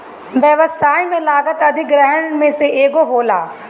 व्यवसाय में लागत अधिग्रहण में से एगो होला